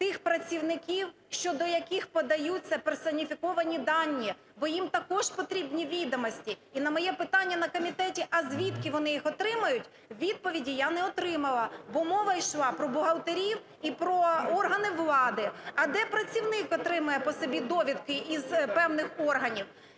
тих працівників, щодо яких подаються персоніфіковані дані, бо їм також потрібні відомості. І на моє питання на комітеті, а звідки вони їх отримують, відповіді я не отримала, бо мова йшла про бухгалтерів і про органи влади. А де працівник отримає по собі довідки із певних органів?